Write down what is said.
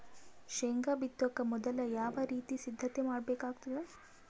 ಶೇಂಗಾ ಬಿತ್ತೊಕ ಮೊದಲು ಯಾವ ರೀತಿ ಸಿದ್ಧತೆ ಮಾಡ್ಬೇಕಾಗತದ?